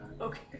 Okay